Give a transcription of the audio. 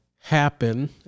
happen